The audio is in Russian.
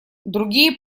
другие